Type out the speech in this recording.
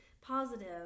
positive